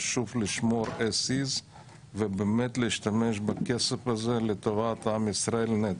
חשוב לשמור as is ובאמת להשתמש בכסף הזה לטובת עם ישראל נטו.